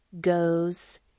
goes